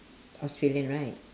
australian right